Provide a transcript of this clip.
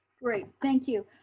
great, thank you.